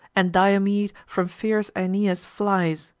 and diomede from fierce aeneas flies.